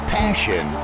passion